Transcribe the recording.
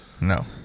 No